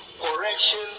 correction